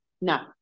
No